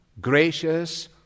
gracious